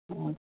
ହଁ